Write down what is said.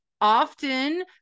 Often